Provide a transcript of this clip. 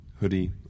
hoodie